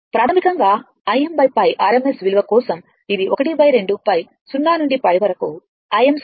ప్రాథమికంగా Im π RMS విలువ కోసం ఇది12π 0 నుండి π వరకు Im2sin2θdθ½